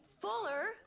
Fuller